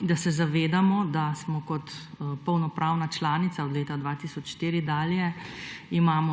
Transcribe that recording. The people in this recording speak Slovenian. da se zavedamo, da imamo kot polnopravna članica od leta 2004 dalje